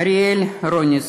אריאל רוניס,